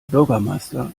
bürgermeister